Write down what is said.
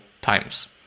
times